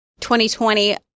2020